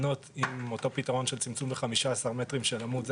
אותו פתרון של צמצום ב-15 מטרים של עמוד,